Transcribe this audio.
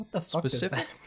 specific